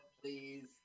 Please